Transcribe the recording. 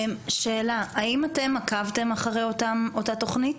האם אתה עקבתם אחרי אותה תוכנית